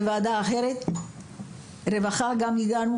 בוועדת הרווחה ובוועדות